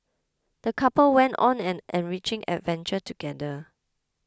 the couple went on an enriching adventure together